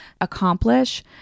accomplish